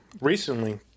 recently